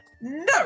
no